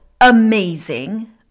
Amazing